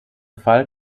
fall